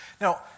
Now